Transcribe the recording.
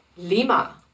Lima